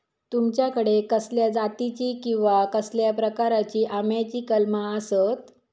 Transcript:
तुमच्याकडे कसल्या जातीची किवा कसल्या प्रकाराची आम्याची कलमा आसत?